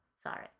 sorry